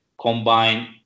combine